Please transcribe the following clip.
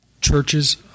churches